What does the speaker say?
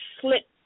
slit